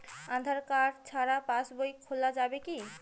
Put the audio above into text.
আধার card ছাড়া পাশবই খোলা যাবে কি?